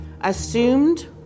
assumed